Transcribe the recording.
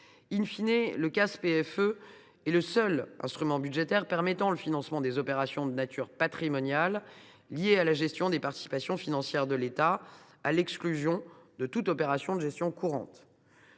de l’État » est le seul instrument budgétaire permettant le financement des opérations de nature patrimoniale liées à la gestion des participations financières de l’État, à l’exclusion de toute opération de gestion courante.